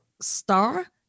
star